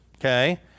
okay